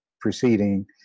proceeding